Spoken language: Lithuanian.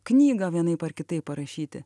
knygą vienaip ar kitaip parašyti